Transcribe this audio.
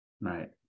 Right